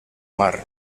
mar